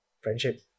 friendship